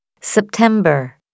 September